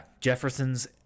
Jefferson's